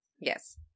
Yes